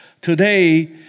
today